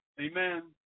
amen